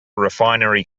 refinery